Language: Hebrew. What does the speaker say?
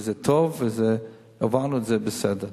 וזה טוב, עברנו את זה בסדר.